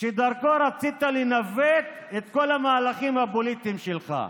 שדרכו רצית לנווט את כל המהלכים הפוליטיים שלך.